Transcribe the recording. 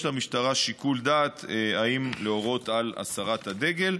יש למשטרה שיקול דעת אם להורות על הסרת הדגל.